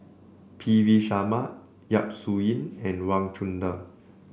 P V Sharma Yap Su Yin and Wang Chunde